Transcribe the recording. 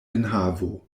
enhavo